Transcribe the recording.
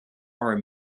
are